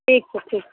ठीक छै ठीक